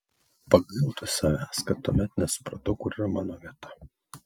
pagailtų savęs kad tuomet nesupratau kur yra mano vieta